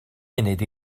munud